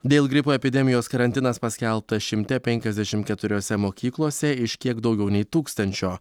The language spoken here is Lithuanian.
dėl gripo epidemijos karantinas paskelbtas šimte penkiasdešimt keturiose mokyklose iš kiek daugiau nei tūkstančio